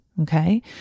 Okay